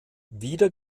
wieder